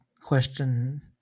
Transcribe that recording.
question